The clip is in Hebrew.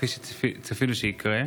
כפי שצפינו שיקרה,